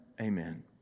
Amen